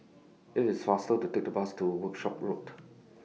IT IS faster to Take The Bus to Workshop Road